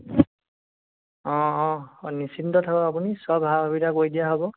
অঁ অঁ নিশ্চিন্ত থাকক আপুনি সব সা সুবিধা কৰি দিয়া হ'ব